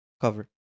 cover